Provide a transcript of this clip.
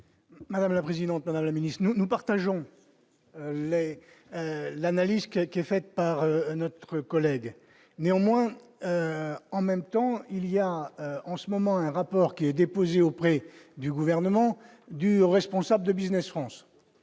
Madame la présidente, Madame la Ministre, nous nous partageons l'analyse qui a été faite par notre collègue néanmoins : en même temps il y a en ce moment, un rapport qui est déposé auprès du gouvernement du responsable de Business France